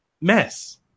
mess